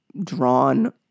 drawn